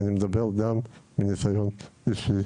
אני מדבר גם מניסיון אישי